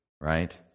Right